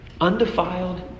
undefiled